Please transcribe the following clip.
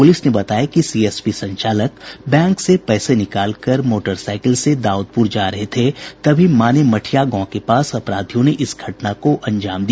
police ने बताया कि सीएसपी संचालक बैंक से पैसे निकालकर मोटरसाइकिल से दाउदपुर जा रहे थे तभी मानेमठिया गांव के पास अपराधियों ने इस घटना को अंजाम दिया